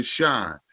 shine